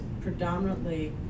predominantly